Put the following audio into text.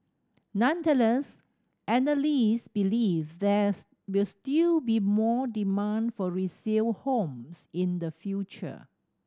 nonetheless analysts believe there's will still be more demand for resale homes in the future